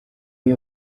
iyo